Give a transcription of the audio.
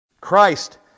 Christ